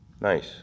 nice